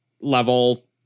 level